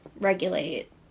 regulate